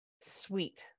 Sweet